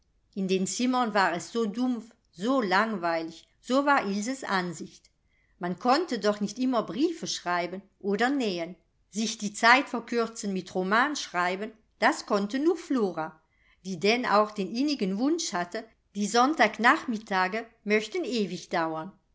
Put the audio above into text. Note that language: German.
in den zimmern war es so dumpf so langweilig so war ilses ansicht man konnte doch nicht immer briefe schreiben oder nähen sich die zeit verkürzen mit romanschreiben das konnte nur flora die denn auch den innigen wunsch hatte die sonntagnachmittage möchten ewig dauern